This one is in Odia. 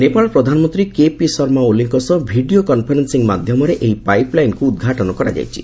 ନେପାଳ ପ୍ରଧାନମନ୍ତ୍ରୀ କେପି ଶର୍ମା ଓଲିଙ୍କ ସହ ଭିଡ଼ିଓ କନ୍ଫରେନ୍ସିଂ ମାଧ୍ୟମରେ ଏହି ପାଇପ୍ ଲାଇନ୍କୁ ଉଦ୍ଘାଟନ କରାଯାଇଛି